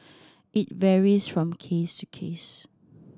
it varies from case to case